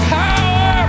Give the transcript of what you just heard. power